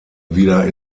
wieder